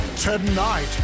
Tonight